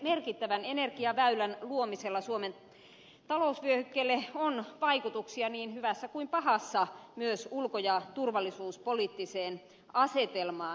merkittävän energiaväylän luomisella suomen talousvyöhykkeelle on vaikutuksia niin hyvässä kuin pahassa myös ulko ja turvallisuuspoliittiseen asetelmaan